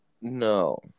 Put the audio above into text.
No